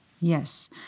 Yes